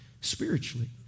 spiritually